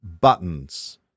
buttons